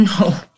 no